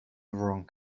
wrong